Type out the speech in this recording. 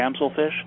damselfish